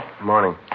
Morning